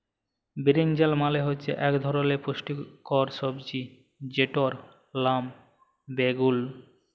বিরিনজাল মালে হচ্যে ইক ধরলের পুষ্টিকর সবজি যেটর লাম বাগ্যুন